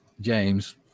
james